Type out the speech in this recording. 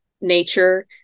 nature